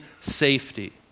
safety